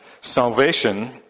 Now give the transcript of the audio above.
salvation